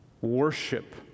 worship